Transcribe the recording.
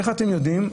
איך אתם יודעים?